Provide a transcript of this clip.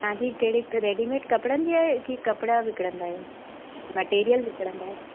तव्हांजी कहिड़ी रेडीमेड कपिड़नि जी आहे की कपिड़ा विकिणंदा आहियो मटिरियल विकिणंदा आहियो